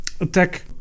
attack